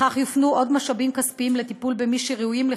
בכך יופנו עוד משאבים כספיים לטיפול במי שראויים לכך,